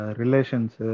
relations